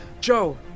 Joe